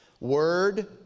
word